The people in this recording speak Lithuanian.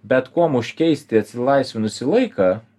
bet kuom užkeisti atsilaisvinusį laiką